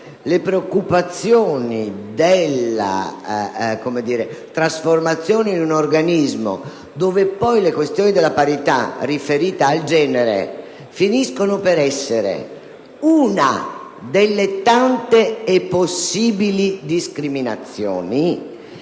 le preoccupazioni suscitate dalla trasformazione in un organismo in cui le questioni della parità riferite al genere finiscono per essere una delle tante e possibili discriminazioni.